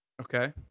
okay